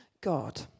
God